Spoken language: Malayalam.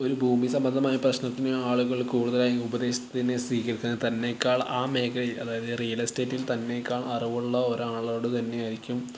ഒരു ഭൂമി സംബന്ധമായ പ്രശ്നത്തിന് ആളുകൾ കൂടുതലായും ഉപദേശത്തിന് സ്വീകരിക്കുന്നത് തന്നെക്കാൾ ആ മേഖലയിൽ അതായത് റിയൽ എസ്റ്റേറ്റിൽ തന്നെക്കാൾ അറിവുള്ള ഒരാളോട് തന്നെയായിരിക്കും